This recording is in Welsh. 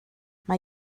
mae